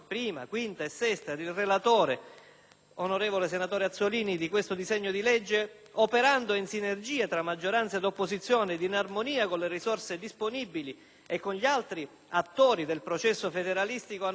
legge, il senatore Azzolini, operando in sinergia tra maggioranza e opposizione e in armonia con le risorse disponibili e con gli altri attori del processo federalistico, hanno dato vita ad un testo assai equilibrato